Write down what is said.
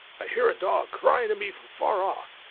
i hear a dog crying to me from far off,